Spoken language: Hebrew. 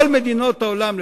כל מדינות העולם,